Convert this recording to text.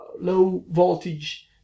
low-voltage